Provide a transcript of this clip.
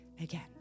again